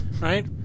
right